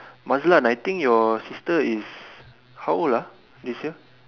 Mazlan I think your sister is how old ah this year